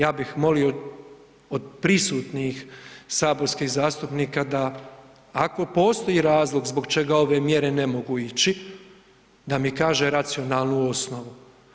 Ja bih molio od prisutnih saborskih zastupnika da ako postoji razlog zbog čega ove mjere ne mogu ići, da mi kaže racionalnu osnovu.